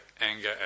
anger